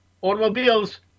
automobiles